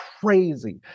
crazy